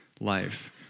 life